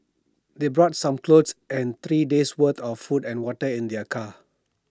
they brought some clothes and three days' worth of food and water in their car